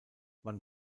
wann